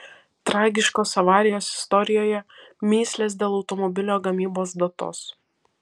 tragiškos avarijos istorijoje mįslės dėl automobilio gamybos datos